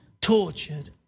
tortured